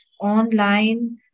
online